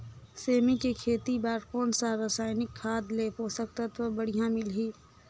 सेमी के खेती बार कोन सा रसायनिक खाद ले पोषक तत्व बढ़िया मिलही?